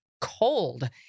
cold